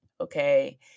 okay